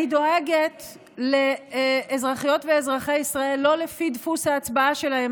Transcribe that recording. אני דואגת לאזרחיות ואזרחי ישראל לא לפי דפוס ההצבעה שלהם.